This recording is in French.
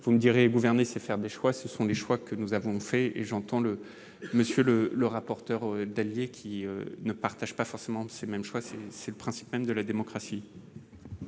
vous me direz, gouverner, c'est faire des choix, ce sont les choix que nous avons fait et j'entends le monsieur le le rapporteur d'alliés qui ne partagent pas forcément de ces mêmes choix c'est c'est le principe même de la démocratie.